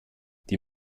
die